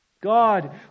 God